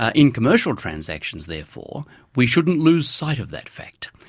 ah in commercial transactions therefore we shouldn't lose sight of that fact.